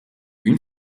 une